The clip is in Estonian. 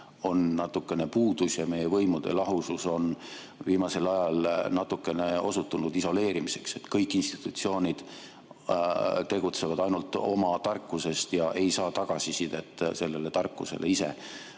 on natukene puudu ja meie võimude lahusus on viimasel ajal natukene osutunud isoleerimiseks. Kõik institutsioonid tegutsevad ainult oma tarkusest ja ei saa ise tagasisidet sellele tarkusele.